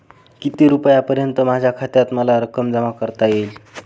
किती रुपयांपर्यंत माझ्या खात्यात मला रक्कम जमा करता येईल?